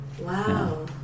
Wow